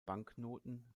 banknoten